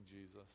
Jesus